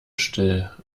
still